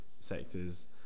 sectors